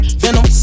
venom